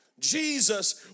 Jesus